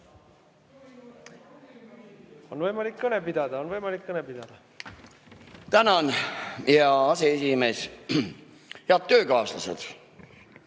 On võimalik kõne pidada, on võimalik kõne pidada. Tänan, hea aseesimees! Head töökaaslased!